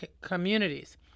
communities